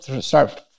start